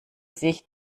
sich